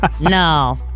No